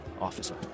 officer